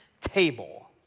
table